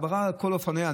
הסברה על כל אופניה,